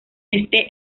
este